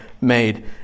made